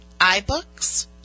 iBooks